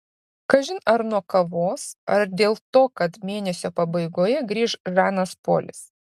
kažin ar nuo kavos ar dėl to kad mėnesio pabaigoje grįš žanas polis